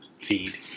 feed